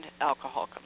alcohol